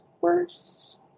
worse